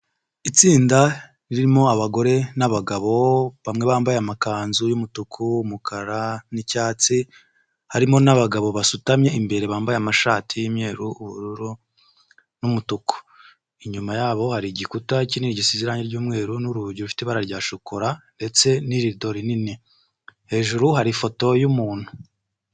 Itsinda ririmo abagore n'abagabo bamwe bambaye amakanzu y'umutuku, umukara n'icyatsi harimo n'abagabo basutamye imbere bambaye amashati y'uyeru n'umutuku inyuma yabo hari igikuta kinini gisize irange ry'umweru n'urugi rufite ibara rya shokora ndetse n'irido rinini hejuru hari ifoto y'umuntu.